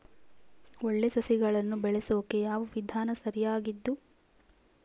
ಒಳ್ಳೆ ಸಸಿಗಳನ್ನು ಬೆಳೆಸೊಕೆ ಯಾವ ವಿಧಾನ ಸರಿಯಾಗಿದ್ದು?